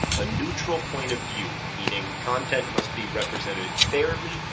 a neutral point of view, meaning content must be represented fairly,